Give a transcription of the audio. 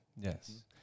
Yes